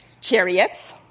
chariots